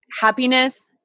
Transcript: happiness